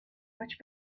much